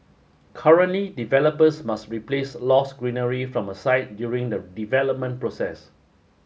currently developers must replace lost greenery from a site during the development process